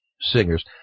singers